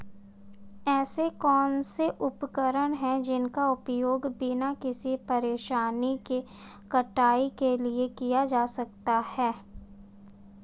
ऐसे कौनसे उपकरण हैं जिनका उपयोग बिना किसी परेशानी के कटाई के लिए किया जा सकता है?